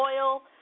oil